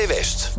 West